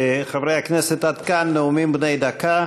חברי הכנסת, עד כאן נאומים בני דקה.